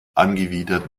angewidert